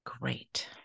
Great